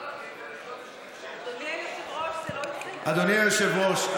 אדוני היושב-ראש,